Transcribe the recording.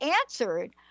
answered